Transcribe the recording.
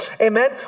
Amen